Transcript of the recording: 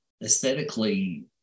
aesthetically